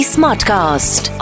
Smartcast